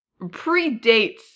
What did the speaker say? predates